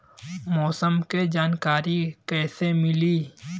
मौसम के जानकारी कैसे मिली?